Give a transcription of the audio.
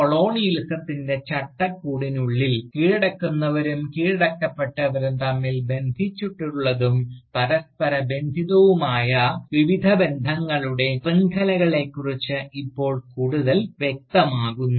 കൊളോണിയലിസത്തിൻറെ ചട്ടക്കൂടിനുള്ളിൽ കീഴടക്കുന്നവരും കീഴടക്കപ്പെട്ടവരും തമ്മിൽ ബന്ധിപ്പിച്ചിട്ടുള്ളതും പരസ്പരം ബന്ധിപ്പിക്കുന്നതുമായ വിവിധ ബന്ധങ്ങളുടെ ശൃംഖലകളെക്കുറിച്ച് ഇപ്പോൾ കൂടുതൽ വ്യക്തമാകുന്നു